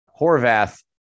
Horvath